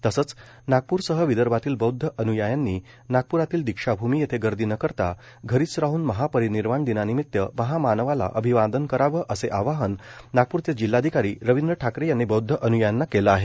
तसेच नागप्र सह विदर्भातील बौद्ध अन्यायांनी नागप्रातील दीक्षाभूमी येथे गर्दी न करता घरीच राहन महापरीनिर्वाण दिनानिमित्त महामानवाला अभिवादन करावे असे आवाहन नागप्रचे जिल्हाधिकारी रवींद्र ठाकरे यांनी बौद्ध अन्यायांना केले आहे